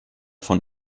von